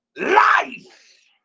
life